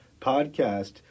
podcast